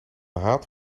haat